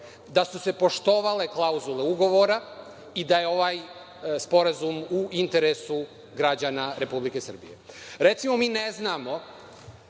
da su se poštovale klauzule ugovora i da je ovaj sporazum u interesu građana Republike Srbije. Recimo mi ne znamo